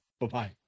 Bye-bye